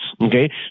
Okay